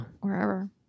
wherever